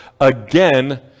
Again